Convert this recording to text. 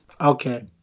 Okay